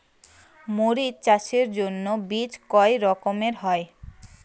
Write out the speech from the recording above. মরিচ চাষের জন্য বীজ কয় রকমের হয়?